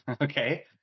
Okay